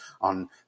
on